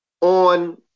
on